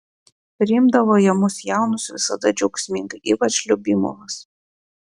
priimdavo jie mus jaunus visada džiaugsmingai ypač liubimovas